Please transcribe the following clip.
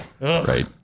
Right